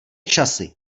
časy